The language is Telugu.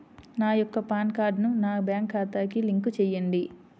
నా యొక్క పాన్ కార్డ్ని నా బ్యాంక్ ఖాతాకి లింక్ చెయ్యండి?